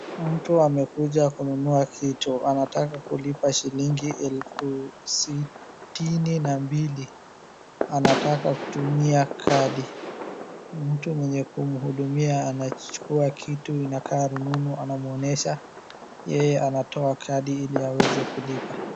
Mtu amekuja kununua kitu anataka kulipa shilingi elfu sitini na mbili, anataka kutumia kadi. Mtu mwenye kumhudumia anachukua kitu inakaa rununu anamwonesha yeye anatoa kadi ili aweze kulipa.